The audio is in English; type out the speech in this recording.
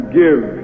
give